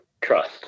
trust